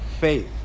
faith